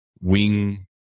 wing